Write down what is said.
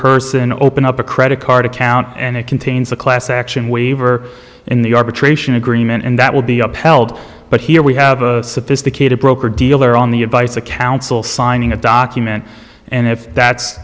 person open up a credit card account and it contains a class action waiver in the arbitration agreement and that will be upheld but here we have a sophisticated broker dealer on the advice of counsel signing a document and if that's